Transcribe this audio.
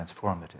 transformative